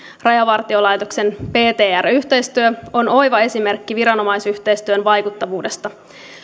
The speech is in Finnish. rajavartiolaitoksen ptr yhteistyö on oiva esimerkki viranomaisyhteistyön vaikuttavuudesta